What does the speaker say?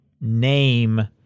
name